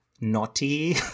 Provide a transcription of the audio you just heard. naughty